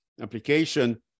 application